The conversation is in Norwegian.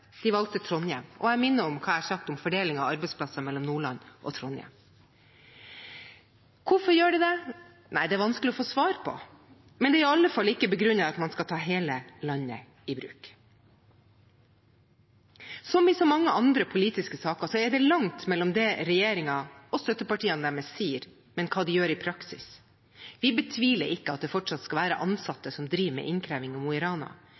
valgte Trondheim. Og jeg minner om hva jeg har sagt om fordelingen av arbeidsplasser mellom Nordland og Trondheim. Hvorfor gjør de det? Det er vanskelig å få svar på, men det er i alle fall ikke begrunnet i at man skal ta hele landet i bruk. Som i så mange andre politiske saker er det langt mellom det regjeringen og støttepartiet deres sier, og det de gjør i praksis. Vi betviler ikke at det fortsatt skal være ansatte som driver med innkreving i Mo i Rana.